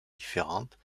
différentes